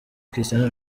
cristiano